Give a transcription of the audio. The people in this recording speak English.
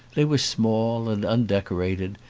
they were small and undecorated,